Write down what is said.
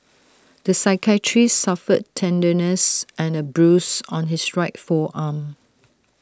the psychiatrist suffered tenderness and A bruise on his right forearm